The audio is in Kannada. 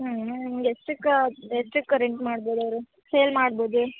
ಹ್ಞೂ ಹ್ಞೂ ಎಷ್ಟಕ್ಕೆ ಎಷ್ಟಕ್ಕೆ ರೆಂಟ್ ಮಾಡ್ಬೋದು ಅವರು ಸೇಲ್ ಮಾಡ್ಬೋದು